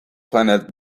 planet